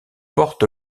porte